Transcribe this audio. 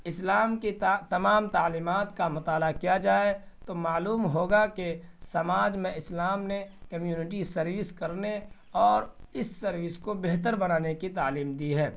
اسلام کی تمام تعلیمات کا مطالعہ کیا جائے تو معلوم ہوگا کہ سماج میں اسلام نے کمیونٹی سروس کرنے اور اس سروس کو بہتر بنانے کی تعلیم دی ہے